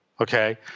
okay